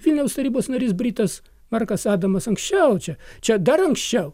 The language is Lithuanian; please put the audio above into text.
vilniaus tarybos narys britas markas adamas anksčiau čia čia dar anksčiau